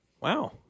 Wow